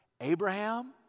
Abraham